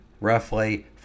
roughly